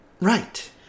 Right